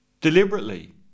deliberately